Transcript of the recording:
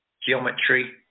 geometry